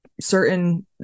certain